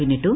പിന്നിട്ടു